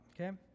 okay